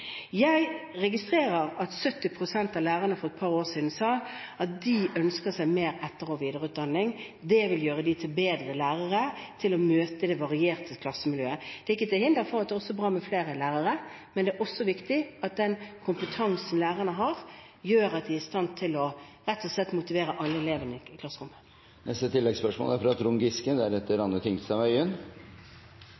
Jeg registrerer at 70 pst. av lærerne for et par år siden sa at de ønsker seg mer etter- og videreutdanning. Det ville gjøre dem til bedre lærere og bedre i stand til å møte det varierte klassemiljøet. Det er ikke til hinder for at det også er bra med flere lærere, men det er også viktig at den kompetansen lærerne har, gjør at de er i stand til rett og slett å motivere alle elevene i klasserommet.